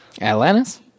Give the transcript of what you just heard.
Atlantis